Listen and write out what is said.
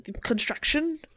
construction